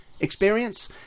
experience